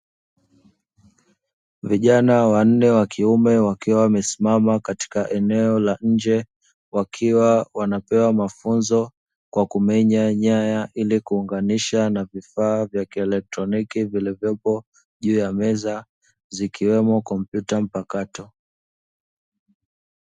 Vijana wanne wakiume wakiwa wamesimama katikati eneo la nje, wakiwa wanapewa mafunzo kwa kumenya nyaya, ili kuunganisha na vifaa vya kieletroniki vilivyopo juu ya meza zikiwemo kompyuta mpakato.